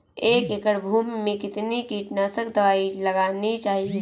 एक एकड़ भूमि में कितनी कीटनाशक दबाई लगानी चाहिए?